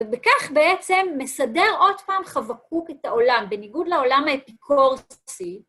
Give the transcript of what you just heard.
ובכך בעצם מסדר עוד פעם חבקוק את העולם, בניגוד לעולם האפיקורסי.